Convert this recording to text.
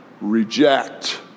Reject